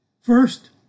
First